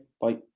Bye